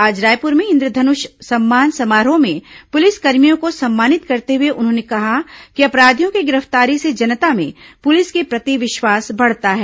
आज रायपुर में इंद्रधनुष सम्मान समारोह में पुलिसकर्मियों को सम्मानित करते हुए उन्होंने कहा कि अपराधियों की गिरफ्तारी से जनता में पुलिस के प्रति विश्वास बढ़ता है